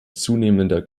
zunehmender